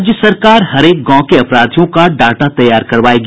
राज्य सरकार हरेक गांव के अपराधियों का डाटा तैयार करवायेगी